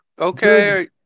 okay